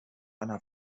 einer